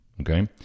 Okay